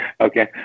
okay